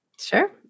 Sure